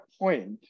point